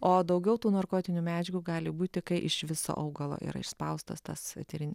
o daugiau tų narkotinių medžiagų gali būti kai iš viso augalo yra išspaustas tas eterin